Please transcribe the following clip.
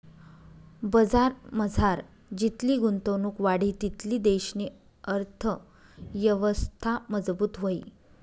बजारमझार जितली गुंतवणुक वाढी तितली देशनी अर्थयवस्था मजबूत व्हयी